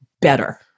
better